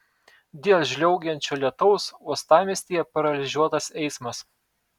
dėl žliaugiančio lietaus uostamiestyje paralyžiuotas eismas